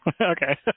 Okay